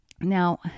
Now